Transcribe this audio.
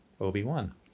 Obi-Wan